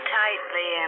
tightly